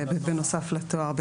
בנוסף לתואר,